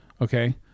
Okay